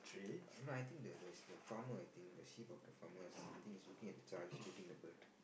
no I I think the the farmer I think the sheep of the farmers I think is looking at the child to take the bird